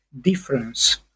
difference